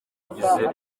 yagize